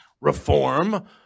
Reform